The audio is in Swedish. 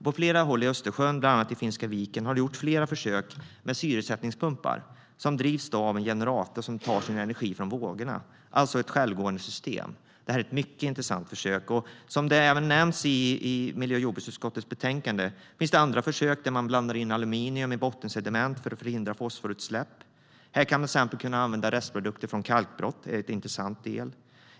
På flera håll i Östersjön, bland annat i Finska viken, har det gjorts flera försök med syresättningspumpar som drivs av en generator som tar sin energi från vågorna, alltså ett självgående system. Det är ett mycket intressant försök. Som även nämns i miljö och jordbruksutskottets betänkande finns det andra försök där man blandar in aluminium med bottensediment för att förhindra fosforutsläpp. Här kan man till exempel använda restprodukter från kalkbrott. Det är en intressant del.